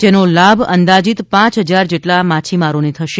જેનો લાભ અંદાજિત પાંચ હજાર જેટલા માછીમારો ને થશે